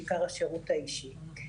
בעיקר השירות האישית.